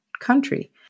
country